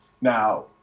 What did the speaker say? Now